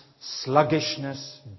sluggishness